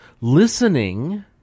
listening